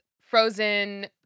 frozen